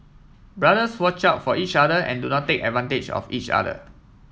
brothers watch out for each other and do not take advantage of each other